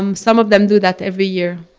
um some of them do that every year,